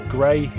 Grey